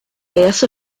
essa